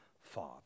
Father